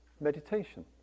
meditation